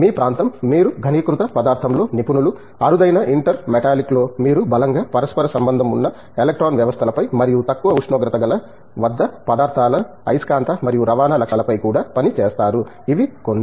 మీ ప్రాంతం మీరు ఘనీకృత పదార్థంలో నిపుణులు అరుదైన ఇంటర్ మెటాలిక్లో మీరు బలంగా పరస్పర సంబంధం ఉన్న ఎలక్ట్రాన్ వ్యవస్థలపై మరియు తక్కువ ఉష్ణోగ్రతల వద్ద పదార్థాల అయస్కాంత మరియు రవాణా లక్షణాలపై కూడా పని చేస్తారు ఇవి కొన్ని